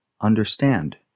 understand